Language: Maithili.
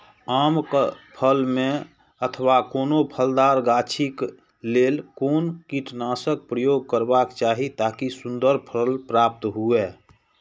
आम क फल में अथवा कोनो फलदार गाछि क लेल कोन कीटनाशक प्रयोग करबाक चाही ताकि सुन्दर फल प्राप्त हुऐ?